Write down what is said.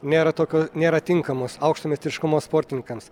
nėra tokio nėra tinkamos aukšto meistriškumo sportininkams